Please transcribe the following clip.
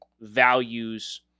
values